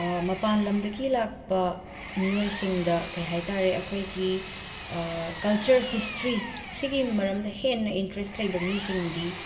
ꯃꯄꯥꯟ ꯂꯝꯗꯒꯤ ꯂꯥꯛꯄ ꯃꯤꯑꯣꯏꯁꯤꯡꯗ ꯀꯩ ꯍꯥꯏ ꯇꯥꯔꯦ ꯑꯩꯈꯣꯏꯒꯤ ꯀꯜꯆꯔ ꯍꯤꯁꯇ꯭ꯔꯤꯁꯤꯒꯤ ꯃꯔꯝꯗ ꯍꯦꯟꯅ ꯏꯟꯇ꯭ꯔꯦꯁ ꯂꯩꯕ ꯃꯤꯁꯤꯡꯗꯤ